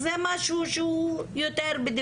איך הוא משפיע על חיי